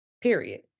period